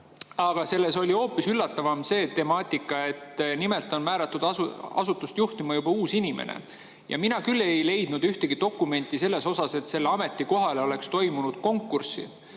aga selles oli hoopis üllatavam see, et asutust on määratud juhtima juba uus inimene. Mina küll ei leidnud ühtegi dokumenti selle kohta, et sellele ametikohale oleks toimunud konkurss.